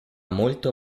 molto